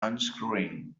unscrewing